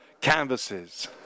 canvases